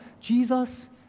Jesus